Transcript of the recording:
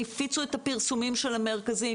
את הפרסומים של המרכזים,